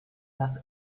last